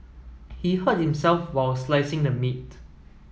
he hurt himself while slicing the meat